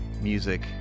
music